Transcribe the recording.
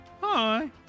Hi